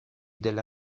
della